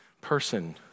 person